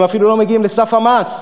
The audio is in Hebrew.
הם אפילו לא מגיעים לסף המס.